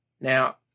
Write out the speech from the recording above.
Now